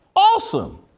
Awesome